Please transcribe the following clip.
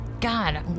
God